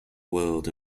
world